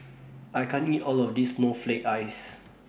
I can't eat All of This Snowflake Ice